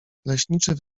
leśniczy